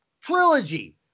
trilogy